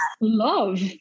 love